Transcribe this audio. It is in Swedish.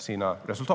sina resultat.